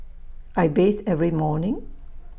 I bathe every morning